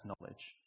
knowledge